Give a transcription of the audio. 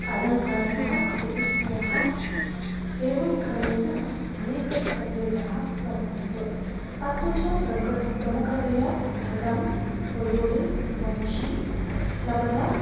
अलङ्काराः जतिस्वराः एवं क्रमेण अनेकप्रभेधाः वर्तन्ते अत्र च प्रमत प्रमुखतया हार्मोनियं वयोलिन् वंशी तबला